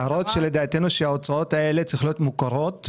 הרי אתם יודעים שאם מישהו מהזוגות האלה מוותר על הזכות